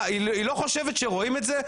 היא לא חושבת שרואים את זה?